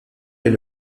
est